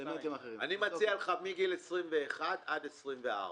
אני מציע לך מגיל 21 עד 24,